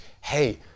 hey